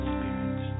Spirit